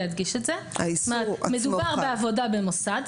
להדגיש את זה מדובר בעבודה במוסד.